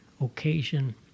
occasion